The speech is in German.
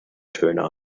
töne